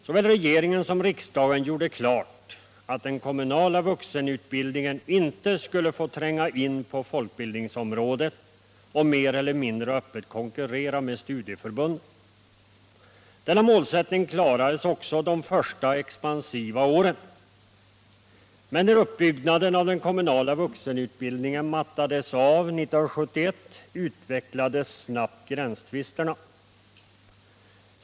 Såväl regeringen som riksdagen gjorde klart att den kommunala vuxenutbildningen inte skulle få tränga in på folkbildningsområdet och mer eller mindre öppet konkurrera med studieförbunden. Denna målsättning uppfylldes också de första expansiva åren. Men när uppbyggnaden av den kommunala vuxenutbildningen mattades av 1971 utvecklades snabbt gränstvisterna.